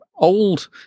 old